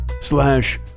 Slash